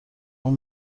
اون